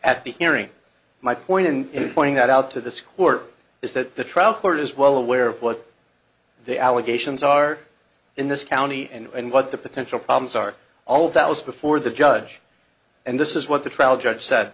at the hearing my point in pointing that out to this court is that the trial court is well aware of what the allegations are in this county and what the potential problems are all that was before the judge and this is what the trial judge said